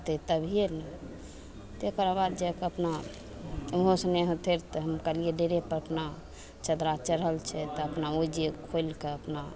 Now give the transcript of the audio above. होतय तभिये ने तकर बाद जाके अपना उहोसँ नहि होतय रऽ तऽ हम कहलियै डेरे पर अपना चदरा चढ़ल छै तऽ अपना ओइजाँ खोलिके अपना